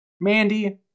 Mandy